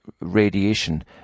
radiation